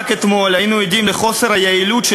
רק אתמול היינו עדים לחוסר היעילות של